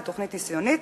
כתוכנית ניסיונית,